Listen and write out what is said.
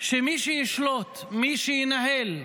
שמי שישלוט, מי שינהל,